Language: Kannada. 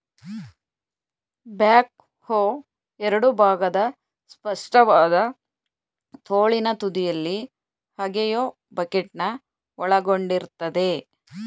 ಬ್ಯಾಕ್ ಹೋ ಎರಡು ಭಾಗದ ಸ್ಪಷ್ಟವಾದ ತೋಳಿನ ತುದಿಯಲ್ಲಿ ಅಗೆಯೋ ಬಕೆಟ್ನ ಒಳಗೊಂಡಿರ್ತದೆ